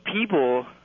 people